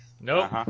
Nope